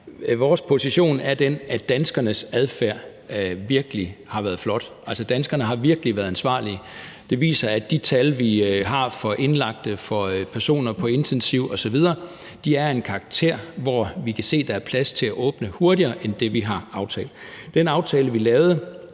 Vores position er den, at danskernes adfærd virkelig har været flot. Danskerne har virkelig været ansvarlige. Det viser sig, ved at de tal, vi har for antallet af indlagte og personer på intensiv osv., er af en karakter, hvor vi kan se, at der er plads til at åbne hurtigere end det, vi har aftalt. Den rammeaftale, vi lavede,